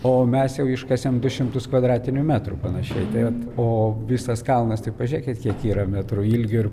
o mes jau iškasėm du šimtus kvadratinių metrų panašiai tai vat o visas kalnas tai pažiūrėkit kiek yra metrų ilgio ir